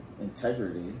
integrity